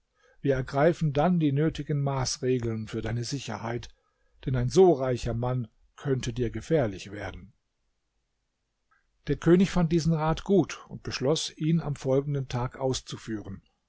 wir ergreifen dann die nötigen maßregeln für deine sicherheit denn ein so reicher mann könnte dir gefährlich werden der könig fand diesen rat gut und beschloß ihn am folgenden tag auszuführen